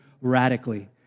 radically